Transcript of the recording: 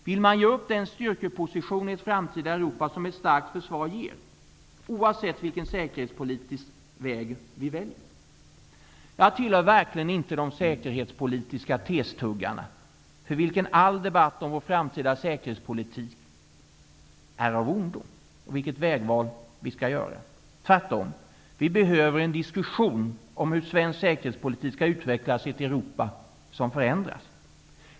Vill man ge upp den styrkeposition i det framtida Europa som ett starkt försvar ger, oavsett vilken säkerhetspolitisk väg som vi väljer? Jag tillhör verkligen inte de säkerhetspolitiska testuggarna, för vilka all debatt om våra framtida säkerhetspolitiska vägval är av ondo. Tvärtom -- vi behöver en diskussion om hur svensk säkerhetspolitik skall utvecklas i ett Europa som förändras.